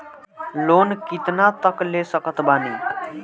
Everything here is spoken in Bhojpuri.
लोन कितना तक ले सकत बानी?